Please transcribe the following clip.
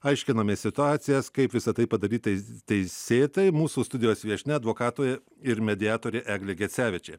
aiškinamės situacijas kaip visa tai padarytais teisėtai mūsų studijos viešnia advokatoė ir mediatorė eglė gecevičė